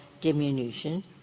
diminution